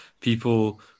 people